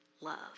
love